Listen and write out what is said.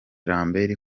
lambert